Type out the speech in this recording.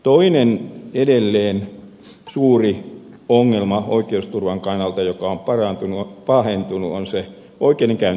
toinen oikeusturvan kannalta edelleen suuri ongelma joka on pahentunut on oikeudenkäyntien kalleus